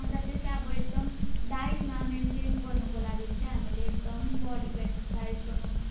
अन्त त्यसलाई अब एकदम डायटमा मेनटेन गर्नुको लागि चाहिँ हामीले एकदम बडीको एक्सरसाइज गर्नु